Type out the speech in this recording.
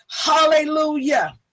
Hallelujah